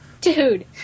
dude